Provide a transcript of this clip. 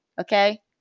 Okay